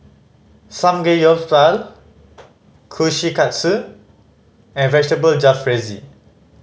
Samgeyopsal Kushikatsu and Vegetable Jalfrezi